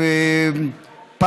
יס,